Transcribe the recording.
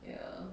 ya